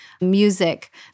music